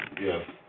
yes